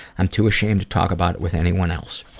i'm too ashamed to talk about it with anyone else.